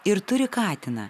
ir turi katiną